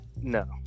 no